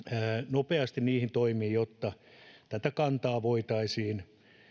nopeasti niihin toimiin jotta tätä kantaa voitaisiin